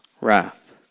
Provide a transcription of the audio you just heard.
wrath